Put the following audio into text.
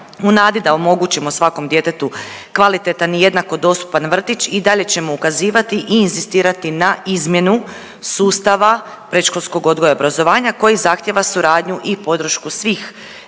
U nadi da omogućimo svakom djetetu kvalitetan i jednako dostupan vrtić i dalje ćemo ukazivati i inzistirati na izmjenu sustava predškolskog odgoja i obrazovanja koji zahtijeva suradnju i podršku svih